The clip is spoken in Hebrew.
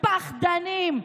פחדנים.